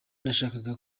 nashakaga